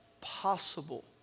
possible